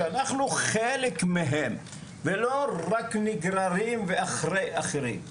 שאנחנו חלק מהם ולא רק נגררים וחלק מהאחרים,